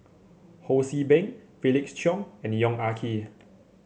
Ho See Beng Felix Cheong and Yong Ah Kee